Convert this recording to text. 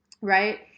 right